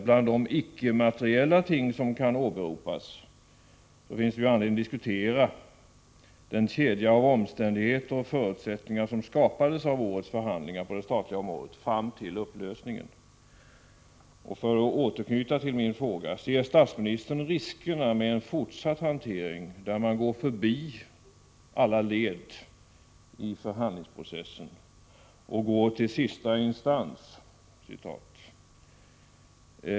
Bland de icke-materiella ting som kan åberopas finns anledning att diskutera den kedja av omständigheter och förutsättningar som skapades i årets förhandlingar på det statliga området fram till upplösningen. För att här återknyta till min fråga: Ser statsministern riskerna med en utveckling mot att man går förbi alla led i förhandlingsprocessen och vänder sig direkt till ”sista instans”?